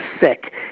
sick